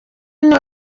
niwe